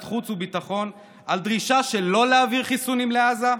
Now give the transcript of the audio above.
חוץ וביטחון על דרישה שלא להעביר חיסונים לעזה?